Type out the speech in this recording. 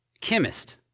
chemist